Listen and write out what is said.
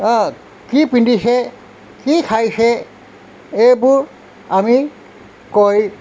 কি পিন্ধিছে কি খাইছে এইবোৰ আমি কৈ